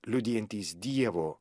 liudijantys dievo